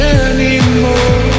anymore